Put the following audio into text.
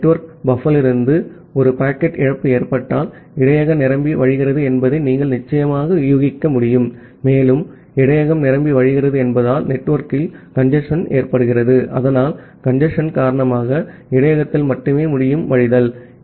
network பஃப்பரிலிருந்து ஒரு packet இழப்பு ஏற்பட்டால் இடையக நிரம்பி வழிகிறது என்பதை நீங்கள் நிச்சயமாக ஊகிக்க முடியும் மேலும் இடையகம் நிரம்பி வழிகிறது என்பதால் நெட்வொர்க்கில் கஞ்சேஸ்ன் ஏற்படுகிறது அதனால் கஞ்சேஸ்ன் காரணமாக இடையகத்தால் மட்டுமே வழிதல் முடியும்